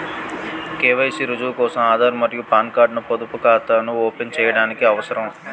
KYC కి రుజువు కోసం ఆధార్ మరియు పాన్ కార్డ్ ను పొదుపు ఖాతాను ఓపెన్ చేయడానికి అవసరం